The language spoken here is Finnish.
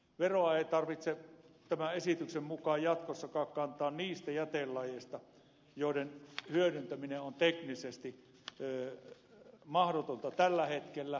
veroa ei tarvitse tämän esityksen mukaan jatkossakaan kantaa niistä jätelajeista joiden hyödyntäminen on teknisesti mahdotonta tällä hetkellä